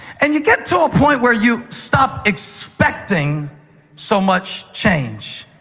and you get to a point where you stop expecting so much change,